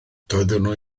doeddwn